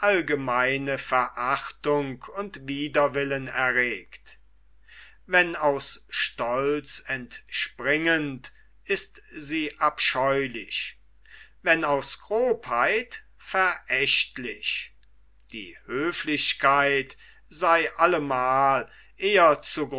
allgemeine verachtung und widerwillen erregt wenn aus stolz entspringend ist sie abscheulich wenn aus grobheit verächtlich die höflichkeit sei allemal eher